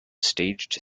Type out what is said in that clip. staged